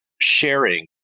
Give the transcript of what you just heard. sharing